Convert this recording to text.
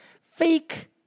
fake